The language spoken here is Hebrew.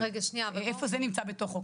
איפה זה נמצא בתוכו?